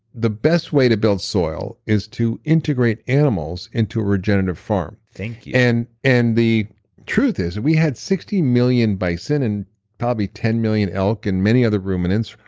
the best way to build soil is to integrate animals into a regenerative farm thank you yeah and and the truth is and we had sixty million bison and probably ten million elk, and many other ruminants,